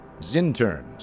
Zinterns